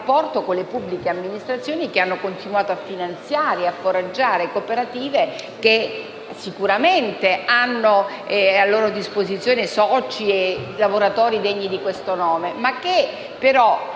sia con le pubbliche amministrazioni, che hanno continuato a finanziare, a foraggiare cooperative che sicuramente hanno a loro disposizione soci e lavoratori degni di questo nome, ma che